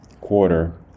quarter